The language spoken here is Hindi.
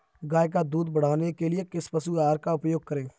गाय का दूध बढ़ाने के लिए किस पशु आहार का उपयोग करें?